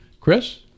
Chris